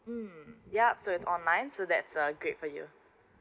mm yup so it's online so that's a great for you